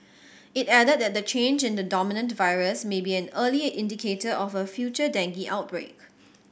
it added that the change in the dominant virus may be an early indicator of a future dengue outbreak